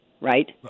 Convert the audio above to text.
right